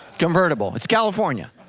convertible, it's california.